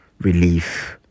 relief